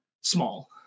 Small